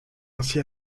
ainsi